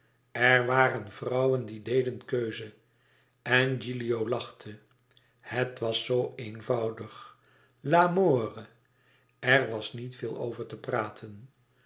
er waren vrouwen die deden keuze en gilio lachte de gravin lachte het was zoo eenvoudig l'amore er was niet veel over te praten